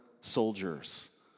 soldiers